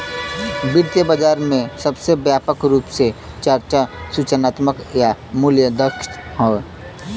वित्तीय बाजार में सबसे व्यापक रूप से चर्चा सूचनात्मक या मूल्य दक्षता हौ